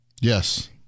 Yes